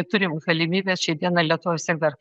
turim galimybes šiai dienai lietuvoj vis tiek dar